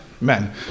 men